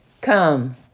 Come